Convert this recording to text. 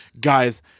guys